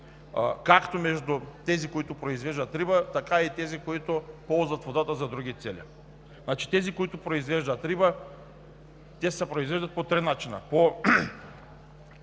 както между тези, които произвеждат риба, така и за тези, които ползват водата за други цели. Тези, които произвеждат риба, я произвеждат по три начина: